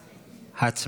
מס' 10) (הכרזה על אדם זר כפעיל טרור),